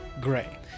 Gray